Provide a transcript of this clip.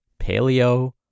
Paleo